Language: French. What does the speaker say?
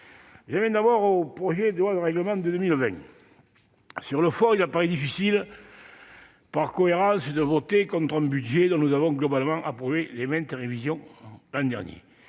J'en viens au projet de loi de règlement de 2020. Sur le fond, il apparaît difficile, si nous voulons être cohérents, de voter contre un budget dont nous avons globalement approuvé les nombreuses révisions l'an dernier.